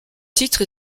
titre